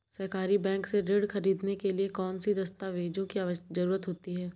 सहकारी बैंक से ऋण ख़रीदने के लिए कौन कौन से दस्तावेजों की ज़रुरत होती है?